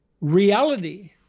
reality